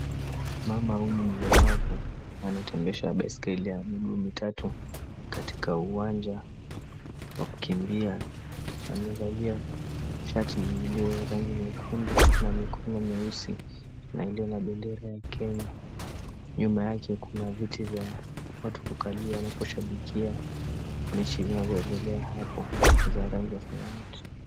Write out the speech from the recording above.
Mama huyu mlemavu anatembesha baiskeli yake miguu tatu katika uwanja wa kukimbia, amevalia shati lililo la rangi nyekundu na mikono meusi na iliyo na bendera ya Kenya. Nyuma yake kuna viti vya kukalia vya kushabikia mechi inayoendelea hapo vya rangi ya samawati.